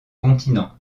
continent